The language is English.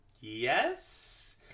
yes